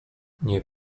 nie